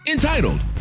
Entitled